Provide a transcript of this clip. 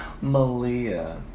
Malia